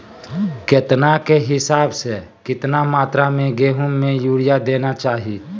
केतना के हिसाब से, कितना मात्रा में गेहूं में यूरिया देना चाही?